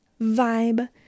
vibe